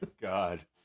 god